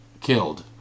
killed